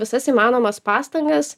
visas įmanomas pastangas